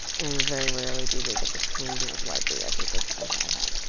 and very rarely do they get to swing as widely, i think, as ah as i have.